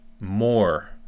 more